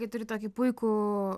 kai turi tokį puikų